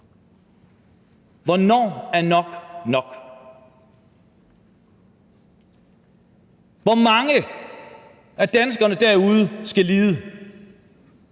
Hvornår er nok nok? Hvor mange af danskerne derude skal lide?